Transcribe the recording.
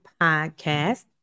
podcast